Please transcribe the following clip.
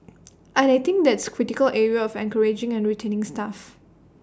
and I think that's critical area of encouraging and retaining staff